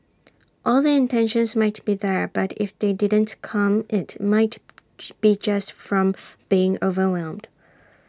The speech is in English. all the intentions might be there but if they didn't come IT might be just from being overwhelmed